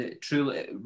truly